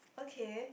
okay